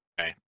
Okay